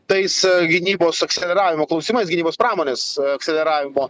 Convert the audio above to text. tais gynybos treniravimo klausimais gynybos pramonės akseleravimo